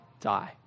die